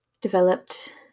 developed